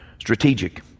strategic